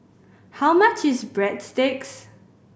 how much is Breadsticks